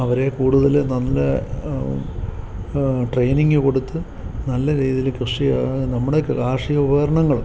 അവരെ കൂടുതൽ നല്ല ട്രെയിനിങ് കൊടുത്ത് നല്ല രീതിയിൽ കൃഷിയെ നമ്മുടെ കാർഷിക ഉപകരണങ്ങളും